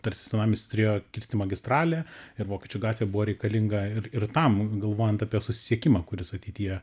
tarsi senamiestį turėjo kirsti magistralė ir vokiečių gatvė buvo reikalinga ir ir tam galvojant apie susisiekimą kuris ateityje